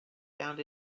found